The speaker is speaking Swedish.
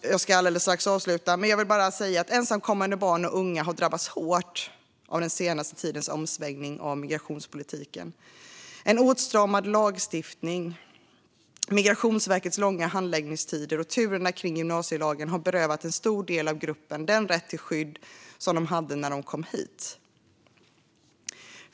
Ensamkommande barn och unga har drabbats hårt av den senaste tidens omsvängning av migrationspolitiken. En åtstramad lagstiftning, Migrationsverkets långa handläggningstider och turerna kring gymnasielagen har berövat en stor del av gruppen den rätt till skydd som de hade när de kom hit.